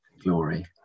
Glory